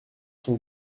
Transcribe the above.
son